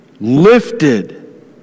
lifted